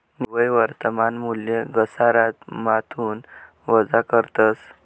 निव्वय वर्तमान मूल्य घसारामाथून वजा करतस